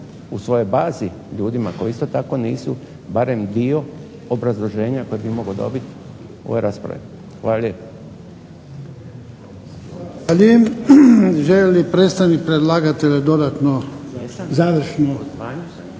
u svojoj bazi ljudima koji isto tako nisu barem dio obrazloženja kojega bi mogao dobiti ove rasprave. Hvala lijepo. **Jarnjak, Ivan (HDZ)** Zahvaljujem. Želi li predstavnik predlagatelja dodatno, završno?